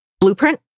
blueprint